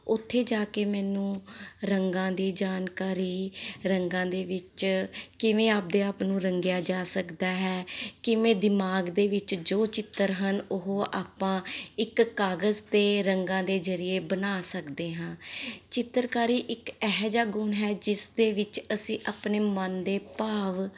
ਉੱਥੇ ਜਾ ਕੇ ਮੈਨੂੰ ਰੰਗਾਂ ਦੀ ਜਾਣਕਾਰੀ ਰੰਗਾਂ ਦੇ ਵਿੱਚ ਕਿਵੇਂ ਆਪਣੇ ਆਪ ਨੂੰ ਰੰਗਿਆ ਜਾ ਸਕਦਾ ਹੈ ਕਿਵੇਂ ਦਿਮਾਗ ਦੇ ਵਿੱਚ ਜੋ ਚਿੱਤਰ ਹਨ ਉਹ ਆਪਾਂ ਇੱਕ ਕਾਗਜ਼ 'ਤੇ ਰੰਗਾਂ ਦੇ ਜ਼ਰੀਏ ਬਣਾ ਸਕਦੇ ਹਾਂ ਚਿੱਤਰਕਾਰੀ ਇੱਕ ਇਹੋ ਜਿਹਾ ਗੁਣ ਹੈ ਜਿਸ ਦੇ ਵਿੱਚ ਅਸੀਂ ਆਪਣੇ ਮਨ ਦੇ ਭਾਵ